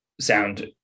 sound